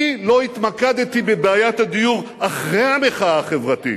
אני לא התמקדתי בבעיית הדיור אחרי המחאה החברתית,